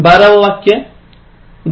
५ Richter स्केलचा होता